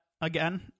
again